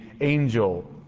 angel